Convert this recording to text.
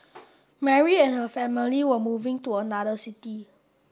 Mary and her family were moving to another city